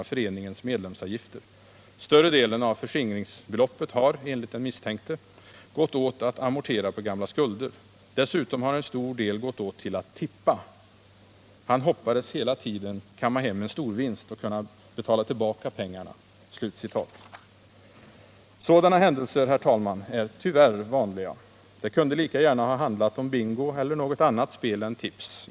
av föreningens medlemsavgifter. Större delen av förskingringsbeloppet har, enligt den misstänkte, gått åt att amortera gamla skulder. Dessutom har en stor del gått åt till att tippa. Han hoppades hela tiden kamma hem en storvinst och kunna betala tillbaka pengarna.” Sådana händelser är, herr talman, tyvärr vanliga. Det kunde i detta tidningsreferat lika gärna ha handlat om bingo eller något annat spel än tips.